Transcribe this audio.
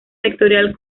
vectorial